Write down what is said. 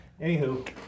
Anywho